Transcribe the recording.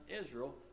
Israel